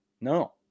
No